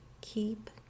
keep